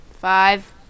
five